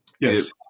Yes